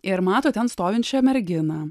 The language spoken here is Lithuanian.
ir mato ten stovinčią merginą